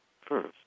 first